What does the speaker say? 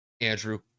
Andrew